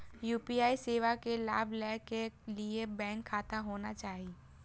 UPI सेवा के लाभ लै के लिए बैंक खाता होना चाहि?